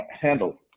handle